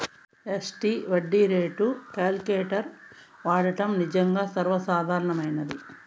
SD వడ్డీ రేట్లు calculator వాడడం నిజంగా సర్వసాధారణమైనది